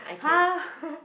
!huh!